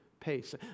Pace